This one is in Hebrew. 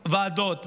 ועדות,